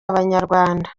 abanyarwanda